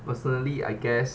personally I guess